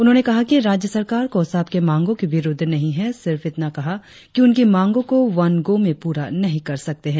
उन्होंने कहा कि राज्य सरकार कोसाप के मांगो के विरुद्ध नही है सिर्फ इतना कहा कि उनकी मांगो को वन गो मे पुरा नही कर सकते है